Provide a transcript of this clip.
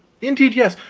indeed yes.